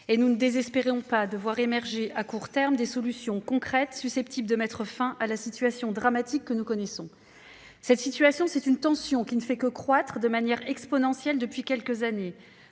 et nous ne désespérons pas de voir émerger à court terme des solutions concrètes, susceptibles de mettre fin à la situation dramatique que nous connaissons. Cette situation, c'est une tension qui ne fait que croître de manière exponentielle depuis quelques années.